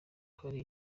hari